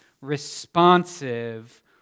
responsive